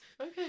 okay